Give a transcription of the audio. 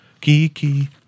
Kiki